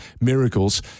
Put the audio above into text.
miracles